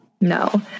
No